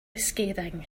scathing